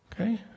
Okay